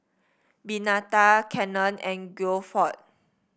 Benita Cannon and Guilford